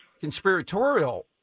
conspiratorial